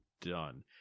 done